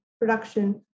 production